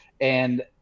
and-